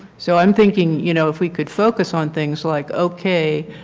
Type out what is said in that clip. so i am thinking you know if we could focus on things like okay,